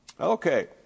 okay